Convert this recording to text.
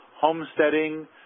homesteading